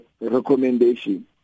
recommendation